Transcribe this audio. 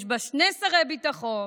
יש בה שני שרי ביטחון,